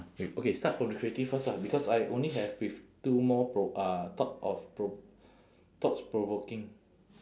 okay okay start from the creative first lah because I only have with two more pro~ uh thought of pro~ thought-provoking